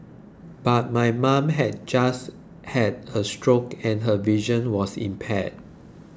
but my mother had just had a stroke and her vision was impaired